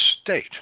state